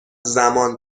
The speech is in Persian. زمان